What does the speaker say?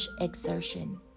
exertion